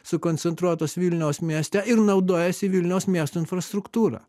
sukoncentruotos vilniaus mieste ir naudojasi vilniaus miesto infrastruktūra